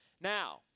Now